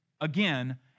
again